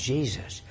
Jesus